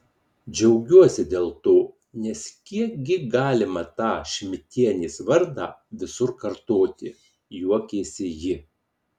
džiaugiuosi dėl to nes kiek gi galima tą šmidtienės vardą visur kartoti juokėsi ji